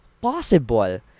possible